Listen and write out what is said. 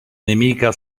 nemica